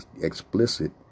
explicit